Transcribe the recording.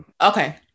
Okay